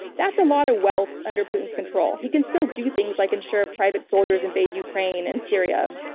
that's a lot of wealth under putin's control. he can still do things, like ensure private soldiers invade ukraine and syria,